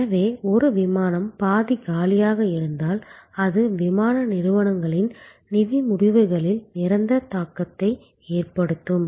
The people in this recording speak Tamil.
எனவே ஒரு விமானம் பாதி காலியாக இருந்தால் அது விமான நிறுவனங்களின் நிதி முடிவுகளில் நிரந்தர தாக்கத்தை ஏற்படுத்தும்